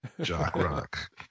Jock-rock